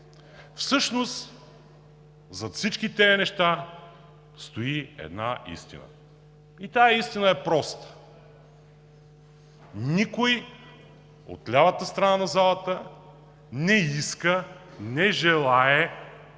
всъщност зад всички тези неща стои една истина? Тази истина е проста – никой от лявата страна на залата не иска, не желае,